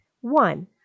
One